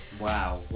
Wow